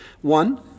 One